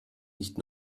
nicht